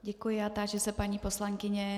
Děkuji a táži se paní poslankyně.